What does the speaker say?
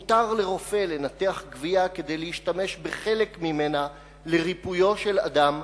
מותר לרופא לנתח גווייה כדי להשתמש בחלק ממנה לריפויו של אדם